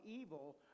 evil